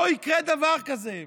לא יקרה דבר כזה.